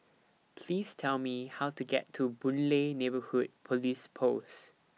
Please Tell Me How to get to Boon Lay Neighbourhood Police Post